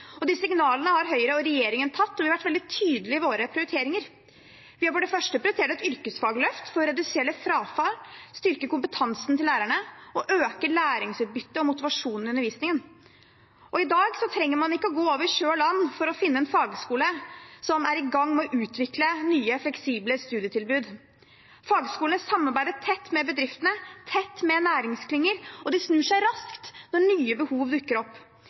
De signalene har Høyre og regjeringen tatt, og vi har vært veldig tydelige i våre prioriteringer. Vi har for det første prioritert et yrkesfagløft for å redusere frafall, styrket kompetansen til lærerne og økt læringsutbyttet og motivasjonen i undervisningen. I dag trenger man ikke å gå over sjø og land for å finne en fagskole som er i gang med å utvikle nye fleksible studietilbud. Fagskolene samarbeider tett med bedriftene, tett med næringsklynger, og de snur seg raskt når nye behov dukker opp.